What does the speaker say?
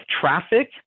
traffic